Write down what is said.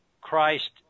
Christ